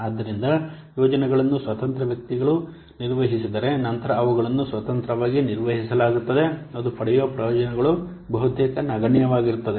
ಆದ್ದರಿಂದ ಯೋಜನೆಗಳನ್ನು ಸ್ವತಂತ್ರ ವ್ಯಕ್ತಿಗಳು ನಿರ್ವಹಿಸಿದರೆ ನಂತರ ಅವುಗಳನ್ನು ಸ್ವತಂತ್ರವಾಗಿ ನಿರ್ವಹಿಸಲಾಗುತ್ತದೆ ಅದು ಪಡೆಯುವ ಪ್ರಯೋಜನಗಳು ಬಹುತೇಕ ನಗಣ್ಯವಾಗಿರುತ್ತದೆ